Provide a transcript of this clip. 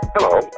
Hello